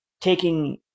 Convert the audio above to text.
taking